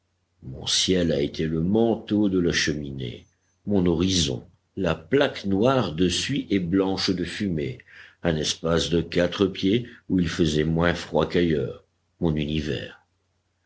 mon ciel a été le manteau de la cheminée mon horizon la plaque noire de suie et blanche de fumée un espace de quatre pieds où il faisait moins froid qu'ailleurs mon univers